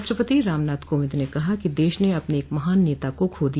राष्ट्रपति रामनाथ कोविंद ने कहा कि देश ने अपने एक महान नेता को खो दिया